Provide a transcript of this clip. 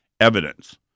evidence